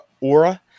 aura